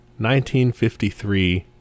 1953